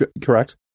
correct